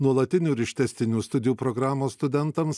nuolatinių ir ištęstinių studijų programų studentams